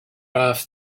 off